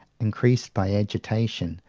increased by agitation,